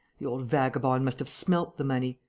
the old vagabond must have smelt the money.